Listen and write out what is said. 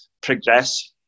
progress